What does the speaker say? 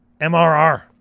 MRR